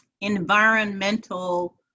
environmental